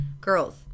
Girls